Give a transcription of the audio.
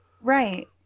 Right